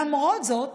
למרות זאת,